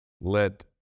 let